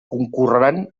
concorreran